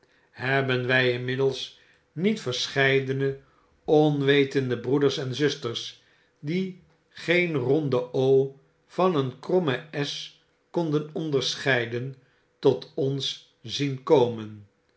hebben wij inmiddels niet verscheidene onwetende broeders en zusters die geen ronde van een kromme konden onderscheiden tot ons zien komen